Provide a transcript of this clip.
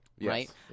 right